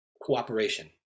cooperation